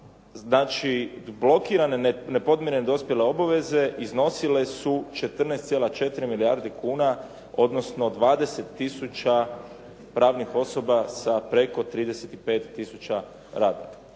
znači blokirane nepodmirene dospjele obaveze iznosile su 14,4 milijarde kuna odnosno 20 tisuća pravnih osoba sa preko 35 tisuća radnika.